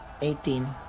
eighteen